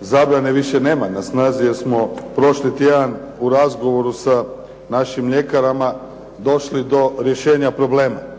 zabrane više nema na snazi jer smo prošli tjedan u razgovoru sa našim mljekarama došli do rješenja problema.